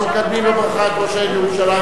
אנחנו מקדמים בברכה את ראש העיר ירושלים,